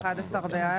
11 בעד.